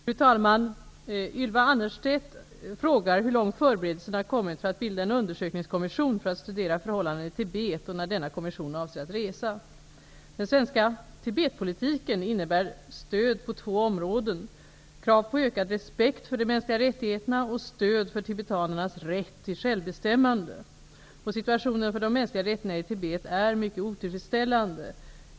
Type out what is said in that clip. Fru talman! Ylva Annerstedt frågar hur långt förberedelserna kommit för att bilda en undersökningskommission för att studera förhållandena i Tibet och när denna kommission avser att resa. Den svenska Tibetpolitiken innebär stöd på två områden: krav på ökad respekt för de mänskliga rättigheterna och stöd för tibetanernas rätt till självbestämmande. Situationen för de mänskliga rättigheterna i Tibet är mycket otillfredsställande.